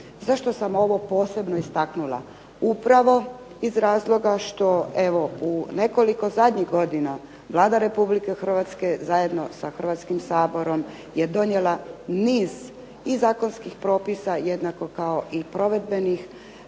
Zašto sam ovo posebno istaknula, upravo iz razloga što evo u nekoliko zadnjih godina Vlada Republike Hrvatske zajedno sa Hrvatskim saborom je donijela niz i zakonskih propisa jednako kao i provedbenih